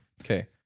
okay